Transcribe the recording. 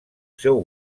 seu